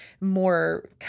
more